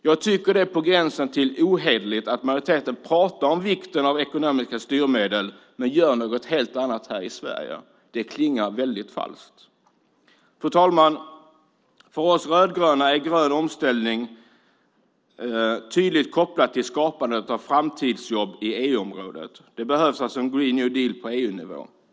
Jag tycker att det är på gränsen till ohederligt att majoriteten pratar om vikten av ekonomiska styrmedel men gör något helt annat här i Sverige; det klingar falskt. Fru talman! För oss rödgröna är en grön omställning tydligt kopplad till skapandet av nya framtidsjobb i EU-området. Det behövs alltså en green new deal på EU-nivå.